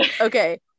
okay